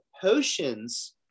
potions